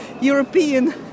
European